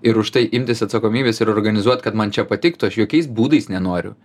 ir už tai imtis atsakomybės ir organizuot kad man čia patiktų aš jokiais būdais nenoriu